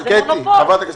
מונופול.